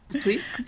Please